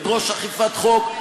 תדרוש אכיפת חוק,